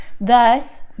thus